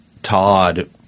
Todd